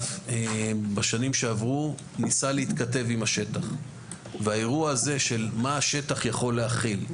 בשנים שעברו הדבר הזה ניסה להתכתב עם השטח ועם מה השטח יכול להכיל,